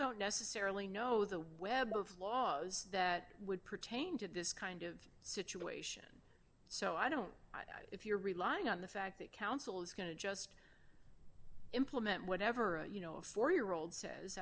don't necessarily know the web of laws that would pertain to this kind of situation so i don't if you're relying on the fact that counsel is going to just implement whatever you know a four year old says